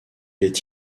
est